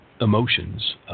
emotions